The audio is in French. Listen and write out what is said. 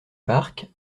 parcs